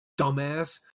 dumbass